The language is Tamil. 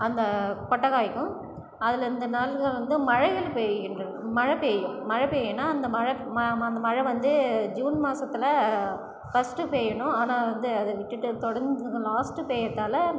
அந்த கொட்டை காய்க்கும் அதில் இந்த நாள்கள் வந்து மழைகள் பெய்யும் மழை பெய்யும் மழை பெய்யுனா அந்த மழை ம ம அந்த மழை வந்து ஜூன் மாசத்தில் ஃபர்ஸ்ட் பெய்யணும் ஆனால் வந்து அது விட்டுட்டு தொடர்ந்து லாஸ்ட் பெய்யுறதால்